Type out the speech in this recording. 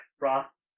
Ross